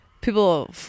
people